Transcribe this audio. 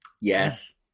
Yes